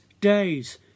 days